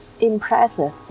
impressive